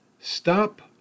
stop